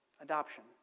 Adoption